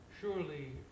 Surely